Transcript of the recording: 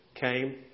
came